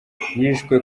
yishwe